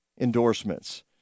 endorsements